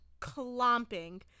clomping